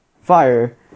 fire